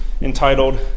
entitled